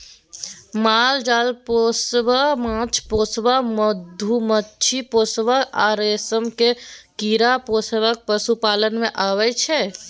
माल जाल पोसब, माछ पोसब, मधुमाछी पोसब आ रेशमक कीरा पोसब पशुपालन मे अबै छै